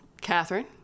catherine